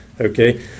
Okay